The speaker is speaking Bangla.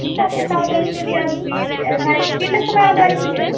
ঠিক আছে তাহলে চলে আসবি সাড়ে তিনটের সময় আমাদের বাড়ি চলে আসিস